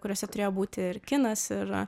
kuriose turėjo būti ir kinas ir